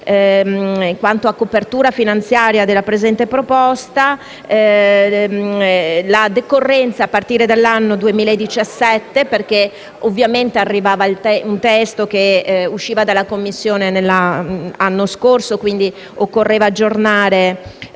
riguarda la copertura finanziaria della presente proposta, la decorrenza a partire dall'anno 2017, perché ovviamente il testo è stato licenziato dalla Commissione l'anno scorso e quindi occorreva aggiornare